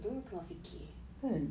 aku pun tengah fikir